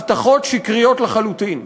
הבטחות שקריות לחלוטין,